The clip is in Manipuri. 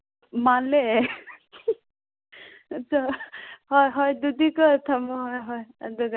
ꯃꯥꯜꯂꯦ ꯍꯣꯏ ꯍꯣꯏ ꯑꯗꯨꯗꯤꯀꯣ ꯊꯝꯃꯣ ꯍꯣꯏ ꯍꯣꯏ ꯑꯗꯨꯒ